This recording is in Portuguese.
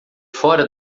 fora